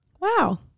Wow